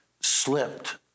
slipped